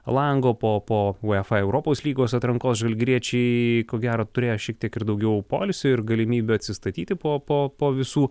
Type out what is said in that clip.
lango po po uefa europos lygos atrankos žalgiriečiai ko gero turėjo šiek tiek ir daugiau poilsio ir galimybių atsistatyti po po po visų